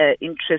interest